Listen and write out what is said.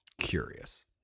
curious